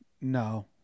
No